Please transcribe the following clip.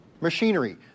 machinery